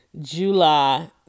July